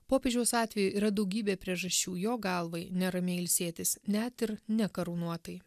popiežiaus atveju yra daugybė priežasčių jo galvai neramiai ilsėtis net ir nekarūnuotai